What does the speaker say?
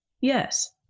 Yes